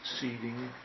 seating